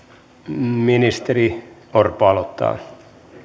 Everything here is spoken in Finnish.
ministeri orpo aloittaa